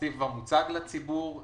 התקציב כבר מוצג לציבור ברובו.